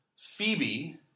Phoebe